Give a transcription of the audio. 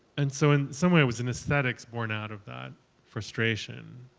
and so in some way it was an esthetics born out of that frustration,